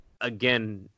again